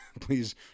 please